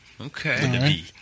Okay